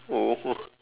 oh